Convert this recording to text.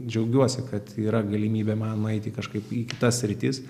džiaugiuosi kad yra galimybė man nueiti kažkaip į kitas sritis